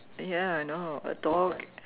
ya I know a dog